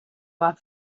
war